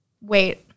wait